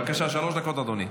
בבקשה, שלוש דקות, אדוני.